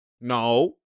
No